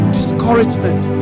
discouragement